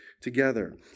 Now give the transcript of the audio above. together